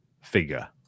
figure